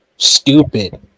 stupid